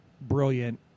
brilliant